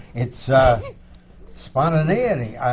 it's spontaneity.